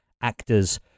actors